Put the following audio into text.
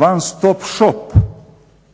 one stop shop,